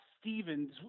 Stevens